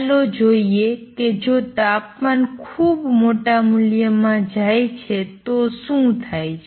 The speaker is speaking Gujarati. ચાલો જોઈએ કે જો તાપમાન ખૂબ મોટા મૂલ્યમાં જાય છે તો શું થાય છે